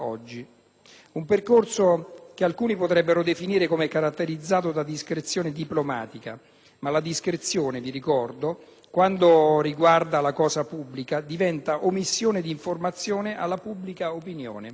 Un percorso che alcuni potrebbero definire come caratterizzato da discrezione diplomatica. Ma la discrezione, vi ricordo, quando riguarda la cosa pubblica, diventa omissione di informazione alla pubblica opinione.